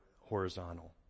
horizontal